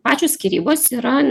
pačios skyrybos yra